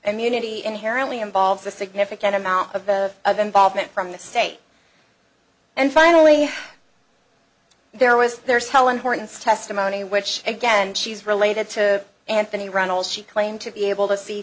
and munity inherently involves a significant amount of the of involvement from the state and finally there was there's helen horton's testimony which again she's related to anthony runnels she claimed to be able to see